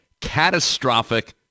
catastrophic